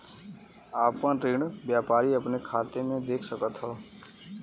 आपन ऋण व्यापारी अपने खाते मे देख सकत हौ